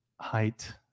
height